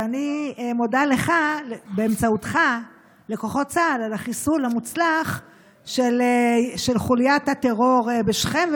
ואני מודה באמצעותך לכוחות צה"ל על החיסול המוצלח של חוליית הטרור בשכם,